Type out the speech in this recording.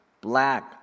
black